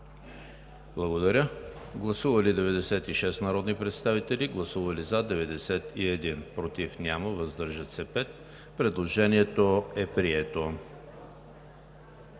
гласуване. Гласували 96 народни представители: за 91, против няма, въздържали се 5. Предложението е прието.